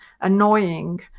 annoying